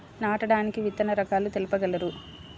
నాటడానికి విత్తన రకాలు తెలుపగలరు?